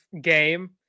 game